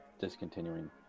discontinuing